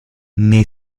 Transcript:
nei